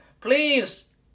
Please